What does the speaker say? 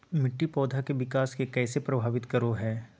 मिट्टी पौधा के विकास के कइसे प्रभावित करो हइ?